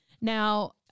Now